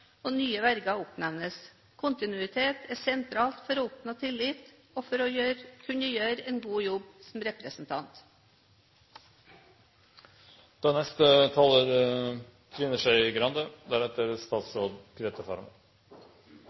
og nye verger oppnevnes. Kontinuitet er sentralt for å oppnå tillit og for å kunne gjøre en god jobb som representant.